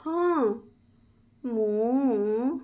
ହଁ ମୁଁ